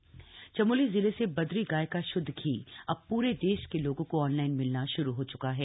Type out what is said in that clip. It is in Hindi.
गाय का घी चमोली जिले से बद्री गाय का शुद्ध घी अब पूरे देश के लोगों को ऑनलाइन मिलना श्रू हो चुका है